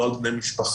לא על בני משפחה,